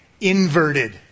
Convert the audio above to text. inverted